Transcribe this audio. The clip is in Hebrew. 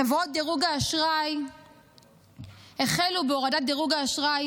חברות דירוג האשראי החלו בהורדת דירוג האשראי